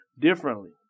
differently